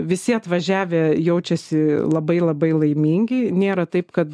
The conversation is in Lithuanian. visi atvažiavę jaučiasi labai labai laimingi nėra taip kad